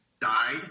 died